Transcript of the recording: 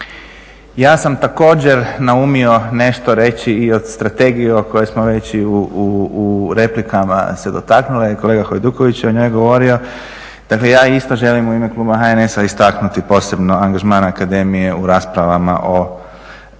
Ja sam također naumio nešto reći i o Strategiji o kojoj smo već i u replikama se dotaknuli a i kolega Hajduković je o njoj govorio. Dakle ja isto želim u ime kluba HNS-a istaknuti posebno angažman akademije u raspravama o